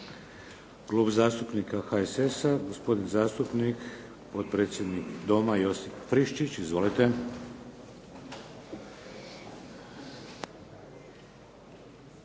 Klub zastupnika HSS-a, gospodin zastupnik, potpredsjednik Doma, Josip Friščić. Izvolite.